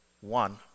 one